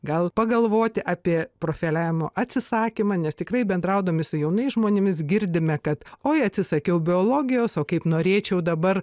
gal pagalvoti apie profiliavimo atsisakymą nes tikrai bendraudami su jaunais žmonėmis girdime kad oi atsisakiau biologijos o kaip norėčiau dabar